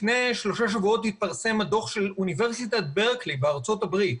לפני שלושה שבועות התפרסם הדוח של אוניברסיטת ברקלי בארצות הברית,